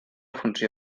funció